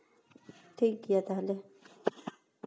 ᱴᱷᱤᱠ ᱜᱮᱭᱟ ᱛᱟᱦᱚᱞᱮ